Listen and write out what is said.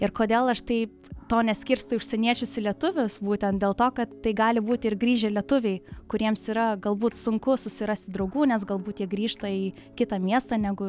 ir kodėl aš taip to neskirstau užsieniečius į lietuvius būtent dėl to kad tai gali būti ir grįžę lietuviai kuriems yra galbūt sunku susirasti draugų nes galbūt jie grįžta į kitą miestą negu